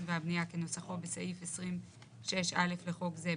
והבנייה כניסוחו בסעיף 20.6 (א') לחוק זה,